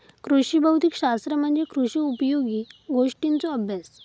कृषी भौतिक शास्त्र म्हणजे कृषी उपयोगी गोष्टींचों अभ्यास